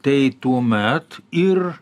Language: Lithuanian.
tai tuomet ir